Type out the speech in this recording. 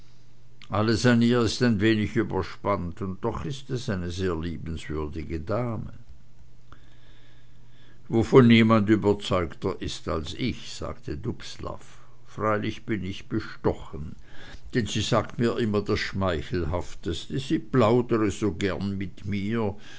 alles an ihr ist ein wenig überspannt und doch ist es eine sehr liebenswürdige dame wovon niemand überzeugter ist als ich sagte dubslav freilich bin ich bestochen denn sie sagt mir immer das schmeichelhafteste sie plaudre so gern mit mir